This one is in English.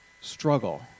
struggle